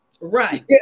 Right